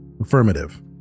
Affirmative